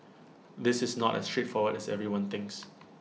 this is not as straightforward as everyone thinks